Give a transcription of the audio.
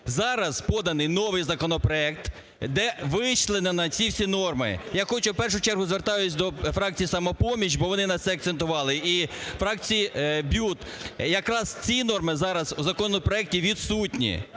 Зараз поданий новий законопроект, де вичленено ці всі норми. Я хочу… в першу чергу звертаюся до фракції "Самопоміч", бо вони на це акцентували, і фракції БЮТ. Якраз ці норми зараз у законопроекті відсутні.